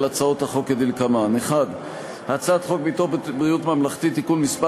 הצעות החוק כדלקמן: 1. הצעת חוק ביטוח בריאות ממלכתי (תיקון מס'